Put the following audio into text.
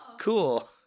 Cool